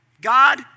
God